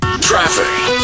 Traffic